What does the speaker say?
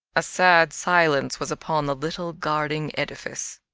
a sad silence was upon the little guarding edifice.